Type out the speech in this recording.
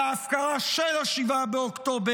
על ההפקרה של 7 באוקטובר,